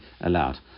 allowed